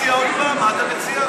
מה אתה מציע?